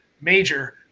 major